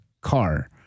car